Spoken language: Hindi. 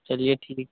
चलिए ठीक